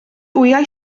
wyau